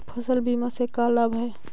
फसल बीमा से का लाभ है?